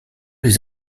les